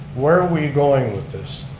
where are we going with this?